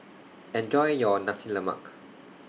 Enjoy your Nasi Lemak